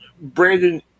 Brandon